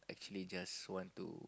actually just want to